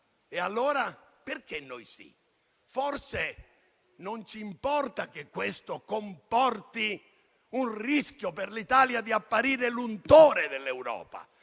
noi lo proroghiamo? Forse non ci importa che questo comporti un rischio per l'Italia di apparire l'untore dell'Europa?